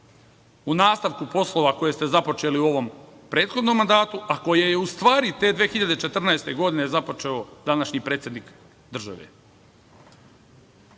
u nastavku poslova koje ste započeli u ovom prethodnom mandatu, a koje je u stvari te 2014. godine započeo današnji predsednik države. Na